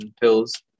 pills